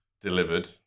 delivered